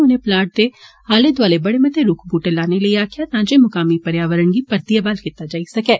उनें प्लांट दे आले दौआले बड़े मते रुख लाने लेई आक्खेआ तां जे मुकामी पर्यावरण गी परतिए बहाल कीता जाई सकै